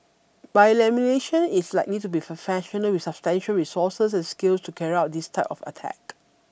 by elimination it's likely to be professionals with substantial resources and skills to carry out this type of attack